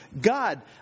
God